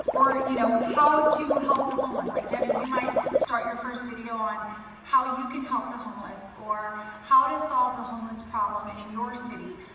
or you know, how to help the homeless. like debbie, you might start your first video on how you can help the homeless or how to solve the homeless problem in your city.